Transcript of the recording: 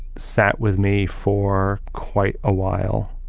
sat with me for quite a while.